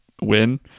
win